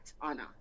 honor